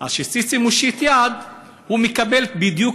אז כשא-סיסי מושיט יד הוא מקבל בדיוק